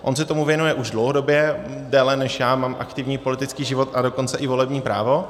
On se tomu věnuje už dlouhodobě, déle, než já mám aktivní politický život, a dokonce i volební právo.